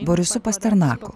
borisu pasternaku